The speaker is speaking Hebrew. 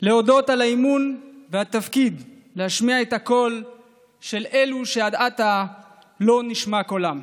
להודות על האמון והתפקיד להשמיע את הקול של אלה שעד עתה לא נשמע קולם.